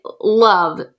love